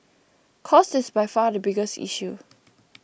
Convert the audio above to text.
cost is by far the biggest issue